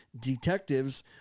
detectives